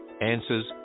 answers